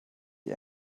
die